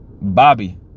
Bobby